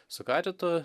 su karitu